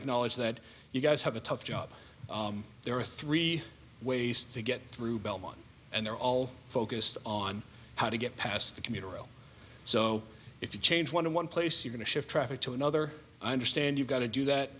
acknowledge that you guys have a tough job there are three ways to get through belmont and they're all focused on how to get past the commuter rail so if you change one in one place you going to shift traffic to another i understand you've got to do that